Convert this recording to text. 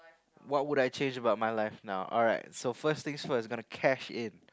what would I change about my life now alright so first things first gotta cash in